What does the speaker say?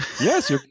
Yes